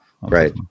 right